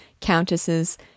countesses